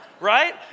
right